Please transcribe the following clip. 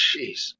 Jeez